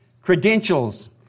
credentials